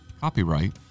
Copyright